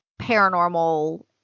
paranormal